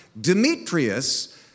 Demetrius